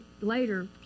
later